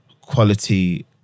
quality